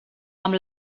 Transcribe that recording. amb